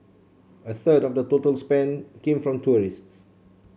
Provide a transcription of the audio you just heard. a third of the total spend came from tourists